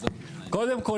קודם כל,